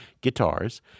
guitars